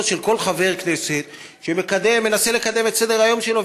של כל חבר כנסת שמנסה לקדם את סדר-היום שלו.